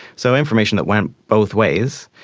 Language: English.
so information that went both ways.